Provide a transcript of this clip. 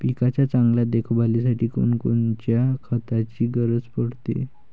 पिकाच्या चांगल्या देखभालीसाठी कोनकोनच्या खताची गरज पडते?